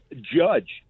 judge